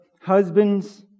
husband's